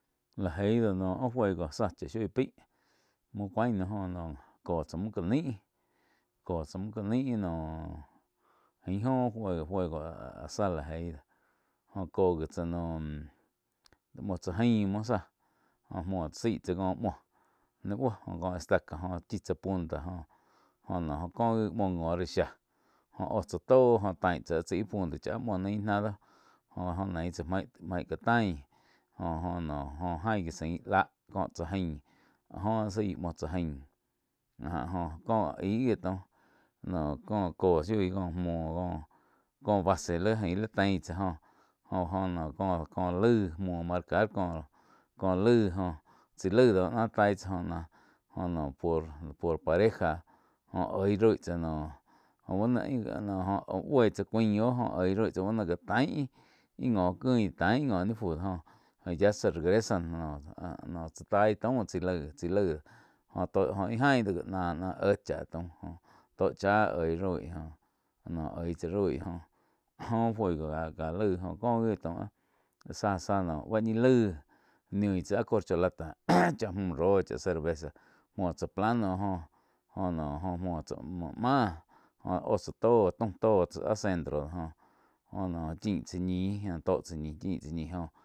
Láh eí do noh áh juego záh chá shoi pei muo cái náh joh noh có tsá müh cá nai, có tsá müh cá nai noh ain oh juego-juego áh-áh záh la eih jóh có gi tsá naum, muó tsá jaim muoh záh joh muoh tsá zaíh tsá có muoh ni buo cóh estaca jóh chí tsá punta joh noh có gí muo ngo rá shá jhó óh tsá tóh jóh tain tsá chái puntá chá áh muoh naí ih ná doh jo-jo nein tsá maig ká tain jo-jo noh jó ain gi zain láh cóh tsá ain áh jó áh zaí muoo tsá ain áh já có ká aig gi taum nóh ko kóh tsá shoi cóh muo kó base lí ain li tein tsáh jóh-joh noh có-có laig muo marcar kóh, koh laig joh chaí laig do ná tai tsá jóh náh joh no por-por pareja joh oih roí tsá jóh bu no ain, jó buí tsá cuáin oh jóh oig roi tsá bá no já tain íh ngo quín tain íh ngo ni fú joh, joh yá se regresan. Noh tsá taí taum chaí laig-chaí laig joh tó óh ih jain do gí náh-náh éh cháh taum joh tó chá eig roi noh oig tsá roi joh, oh juego ka laig jóh cóh gi taum záh-záh báh ñi laig niu tsá áh corcholata cháh mju róh chá cerveza muoh tsá plano jó-jo noh muo tsá-muo tsá máh joh óh tsá tóh taum tó áh centro jó-jó naum chin tsá ñih tó tsá ñih chin tsá ñi joh.